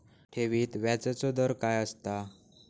ठेवीत व्याजचो दर काय असता?